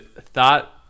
thought